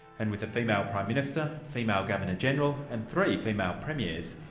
and with a female prime minister, female governor general and three female premiers,